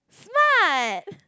fun